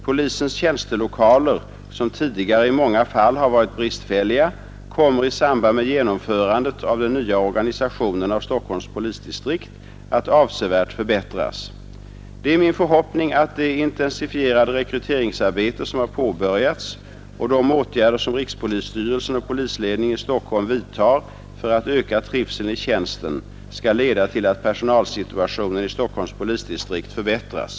Polisens tjänstelokaler som tidigare i många fall har varit bristfälliga kommer i samband med genomförandet av den nya organisationen av Stockholms polisdistrikt att avsevärt förbättras. Det är min förhoppning att det intensifierade rekryteringsarbete som har påbörjats och de åtgärder som rikspolisstyrelsen och polisledningen i Stockholm vidtar för att öka trivseln i tjänsten skall leda till att personalsituationen i Stockholms polisdistrikt förbättras.